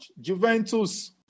Juventus